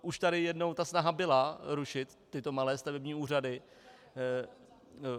Už tady jednou ta snaha rušit tyto malé stavební úřady byla.